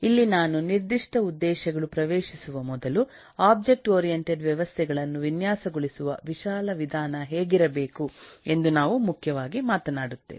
ಇಲ್ಲಿ ನಾನು ನಿರ್ದಿಷ್ಟ ಉದ್ದೇಶಗಳು ಪ್ರವೇಶಿಸುವ ಮೊದಲು ಒಬ್ಜೆಕ್ಟ್ ಓರಿಯಂಟೆಡ್ ವ್ಯವಸ್ಥೆಗಳನ್ನು ವಿನ್ಯಾಸಗೊಳಿಸುವ ವಿಶಾಲ ವಿಧಾನ ಹೇಗಿರಬೇಕು ಎಂದು ನಾವು ಮುಖ್ಯವಾಗಿ ಮಾತನಾಡುತ್ತೇವೆ